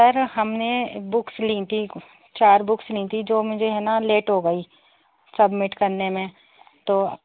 سر ہم نے بکس لیں تھی چار بکس لیں تھی جو مجھے ہے نا لیٹ ہو گئی سبمٹ کرنے میں تو